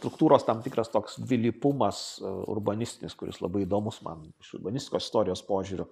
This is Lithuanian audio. struktūros tam tikras toks dvilypumas urbanistinis kuris labai įdomus man iš urbanistikos istorijos požiūrio